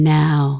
now